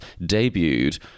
debuted